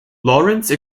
lawrence